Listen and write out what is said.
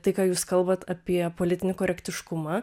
tai ką jūs kalbat apie politinį korektiškumą